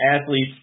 athletes